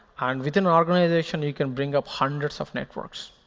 and within an organization, you can bring up hundreds of networks.